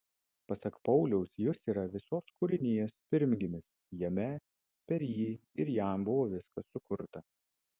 pasak pauliaus jis yra visos kūrinijos pirmgimis jame per jį ir jam buvo viskas sukurta